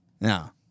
Now